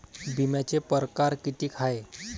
बिम्याचे परकार कितीक हाय?